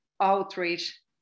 outreach